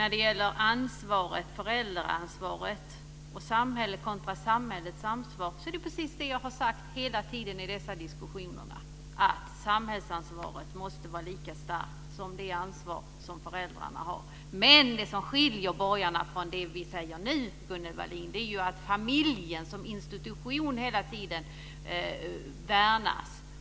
När det gäller föräldraansvaret kontra samhällets ansvar är det precis som jag har sagt hela tiden i dessa diskussioner, nämligen att samhällsansvaret måste vara lika starkt som det ansvar som föräldrarna har. Men det som skiljer borgarna från oss när det gäller det som vi säger nu, Gunnel Wallin, är ju att familjen som institution hela tiden värnas.